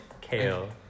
Kale